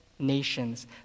nations